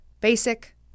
basic